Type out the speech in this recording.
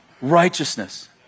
righteousness